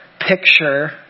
picture